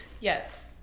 Yes